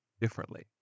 differently